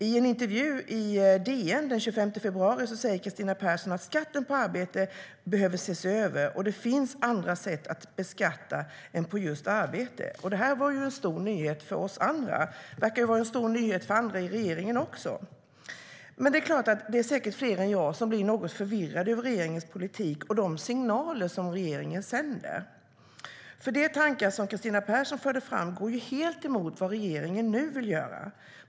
I en intervju i DN den 25 februari säger Kristina Persson att skatten på arbete behöver ses över och att det finns andra sätt att beskatta än på just arbete. Det var en stor nyhet för oss andra. Det verkar också vara en stor nyhet för andra i regeringen. Det är säkert fler än jag som blir något förvirrade över regeringens politik och de signaler som regeringen sänder, för de tankar som Kristina Persson förde fram går ju helt emot vad regeringen nu vill göra.